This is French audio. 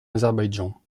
azerbaïdjan